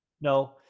No